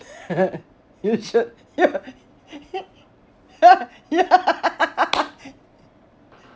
you should you yeah yeah